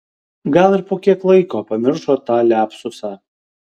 gal ir po kiek laiko pamiršo tą liapsusą